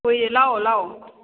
ꯀꯨꯏꯔꯦ ꯂꯥꯛꯑꯣ ꯂꯥꯛꯑꯣ